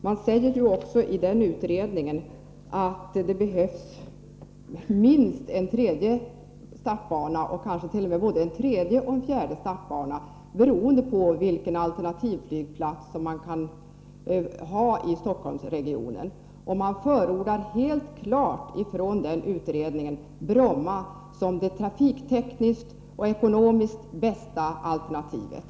Utredningen säger också att det behövs en tredje och eventuellt t.o.m. en fjärde startbana beroende på vilken alternativ flygplats man kan räkna med i Stockholmsregionen. Utredningen förordar helt klart Bromma såsom det trafiktekniskt och ekonomiskt bästa alternativet.